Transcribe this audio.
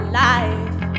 life